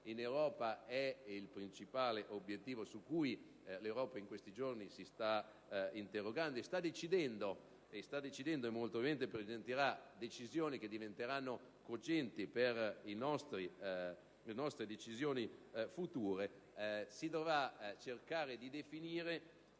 è il principale obiettivo su cui l'Europa in questi giorni si sta interrogando e su cui sta decidendo (molto probabilmente prenderà decisioni che diventeranno cogenti per le nostre scelte future), si dovrà cercare di definire